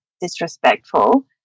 disrespectful